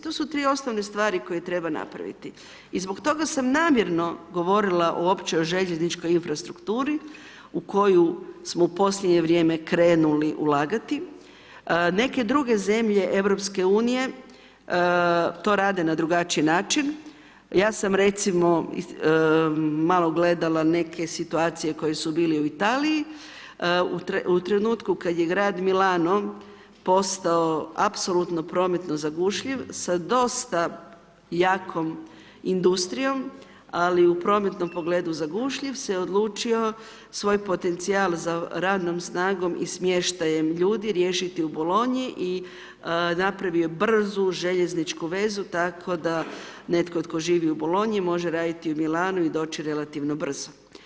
To su dvije osnovne stvari koje treba napraviti i zbog toga sam namjerno govorila o općoj željezničkoj infrastrukturi u koju smo u posljednje vrijeme krenuli ulagat, neke druge zemlje EU-a to rade na drugačiji način, ja sam recimo malo gledala neke situacije koje su bile u Italiji, u trenutku kad je grad Milano postao apsolutno prometno zagušljiv sa dosta jakom industrijom, ali i u prometnom pogledu zagušljiv se odlučio svoj potencijal za radnom snagom i smještajem ljudi riješiti u Bolonji i napravio je brzu željezničku vezu tako da netko tko živi u Bolonji može raditi u Milanu i doći relativno brzo.